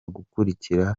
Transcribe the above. gukurikira